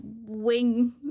wing